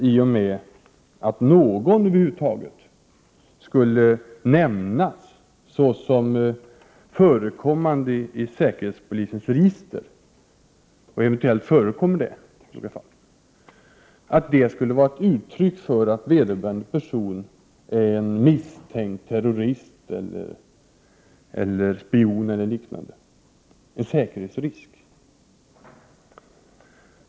I och med att någon över huvud taget skulle nämnas såsom förekommande i säkerhetspolisens register — det förekommer eventuellt några fall — skulle det alltså vara ett uttryck för att vederbörande person är en misstänkt terrorist, spion eller liknande, dvs. en säkerhetsrisk.